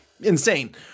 Insane